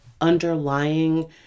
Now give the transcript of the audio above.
underlying